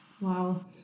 wow